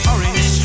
Orange